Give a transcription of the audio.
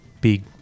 big